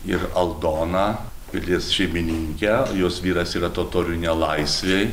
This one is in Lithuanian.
ir aldoną pilies šeimininkę jos vyras yra totorių nelaisvėj